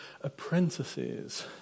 apprentices